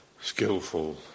skillful